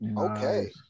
Okay